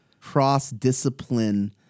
cross-discipline